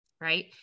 right